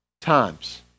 times